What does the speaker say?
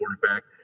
quarterback